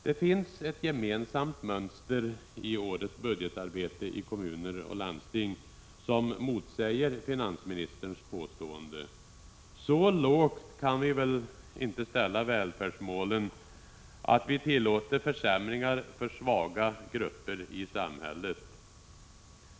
Det finns ett gemensamt mönster i årets budgetarbete i kommuner och landsting som motsäger finansministerns påstående. Så lågt kan vi väl inte ställa välfärdsmålen att vi tillåter försämringar för svaga grupper i samhället.